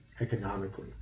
economically